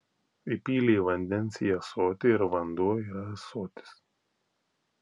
įpylei vandens į ąsotį ir vanduo yra ąsotis